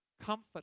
comfort